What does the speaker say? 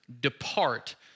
depart